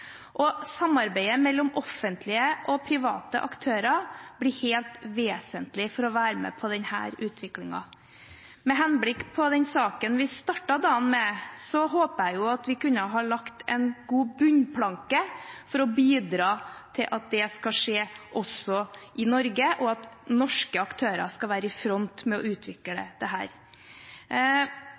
Samarbeidet mellom offentlige og private aktører blir helt vesentlig for å kunne være med på denne utviklingen. Med henblikk på den saken vi startet dagen med, hadde jeg håpet at vi kunne ha lagt en god bunnplanke for å bidra til at det skal skje også i Norge, og at norske aktører skal være i front med å utvikle dette. Det